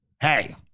Hey